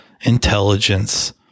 intelligence